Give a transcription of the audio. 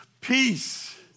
peace